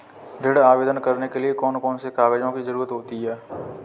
ऋण आवेदन करने के लिए कौन कौन से कागजों की जरूरत होती है?